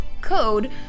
code